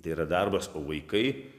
tai yra darbas o vaikai